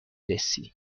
رسی